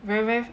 very very